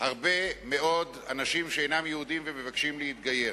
הרבה מאוד אנשים שאינם יהודים ומבקשים להתגייר.